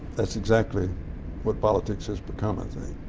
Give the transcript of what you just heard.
that's exactly what politics has become, i think.